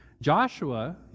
Joshua